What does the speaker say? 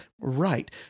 right